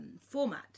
format